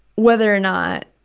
whether or not